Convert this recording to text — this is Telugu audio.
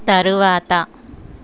తరువాత